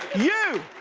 you!